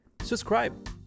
subscribe